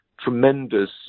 tremendous